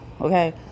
okay